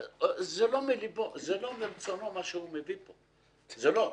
זה לא מרצונו מה שהוא מביא פה, זה לא מרצונו.